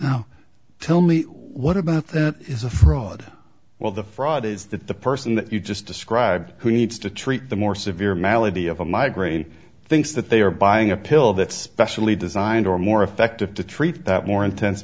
now tell me what about that is a fraud well the fraud is that the person that you just described who needs to treat the more severe malady of a migraine thinks that they are buying a pill that specially designed or more effective to treat that more intense